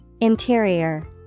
Interior